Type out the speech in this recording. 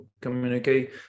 communicate